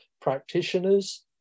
practitioners